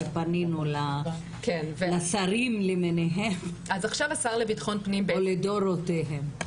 ופנינו לשרים למיניהם ולדורותיהם.